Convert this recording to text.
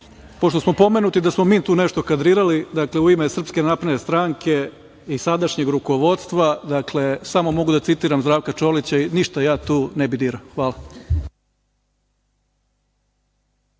Pošto smo pomenuti da smo mi tu nešto kadrirali, dakle u ime SNS i sadašnjeg rukovodstva, dakle, samo mogu da citiram Zdravka Čolića i ništa ja tu ne bih dirao. Hvala.